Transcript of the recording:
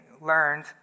learned